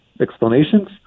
explanations